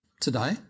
today